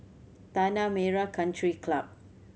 Tanah Merah Country Club